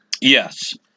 Yes